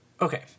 Okay